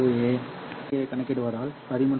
நீங்கள் ∆τ ஐ கணக்கிடுவதால் 13